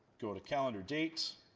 go to calendar date,